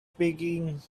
speaking